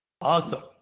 Awesome